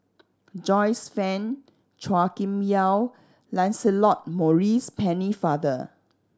Joyce Fan Chua Kim Yeow Lancelot Maurice Pennefather